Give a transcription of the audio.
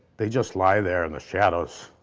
they just lie there in the shadows